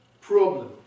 problem